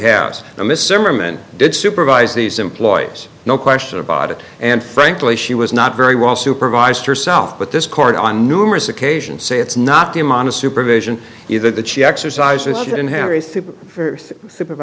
men did supervise these employees no question about it and frankly she was not very well supervised herself but this court on numerous occasions say it's not the monist supervision either that she exercises